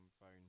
phone